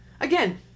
again